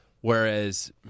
Whereas